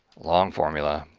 long formula